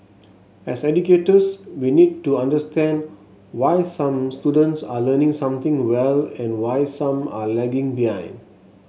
as educators we need to understand why some students are learning something well and why some are lagging behind